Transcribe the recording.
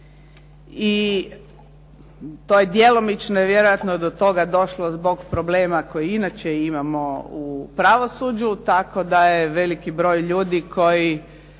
i to je djelomično vjerojatno do toga došlo zbog problema koje inače imamo u pravosuđu, tako da je veliki broj ljudi koji